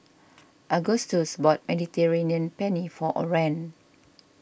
Agustus bought Mediterranean Penne for Orren